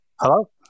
Hello